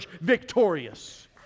victorious